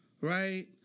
right